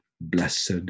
blessed